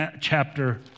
chapter